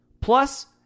plus